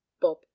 bob